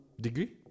Degree